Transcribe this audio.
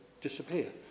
disappear